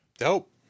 nope